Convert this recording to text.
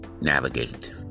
navigate